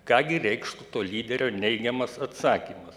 ką gi reikštų to lyderio neigiamas atsakymas